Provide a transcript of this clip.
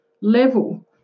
level